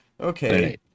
okay